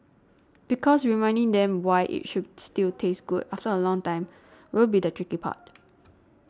because reminding them why it should still taste good after a long time will be the tricky part